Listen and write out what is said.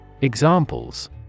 Examples